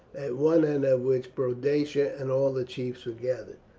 at one end of which boadicea and all the chiefs were gathered.